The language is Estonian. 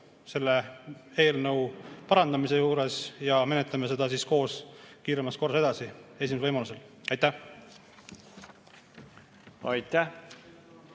selle eelnõu parandamise juures! Menetleme seda koos kiiremas korras edasi, esimesel võimalusel. Aitäh!